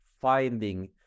finding